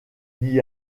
n’y